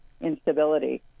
instability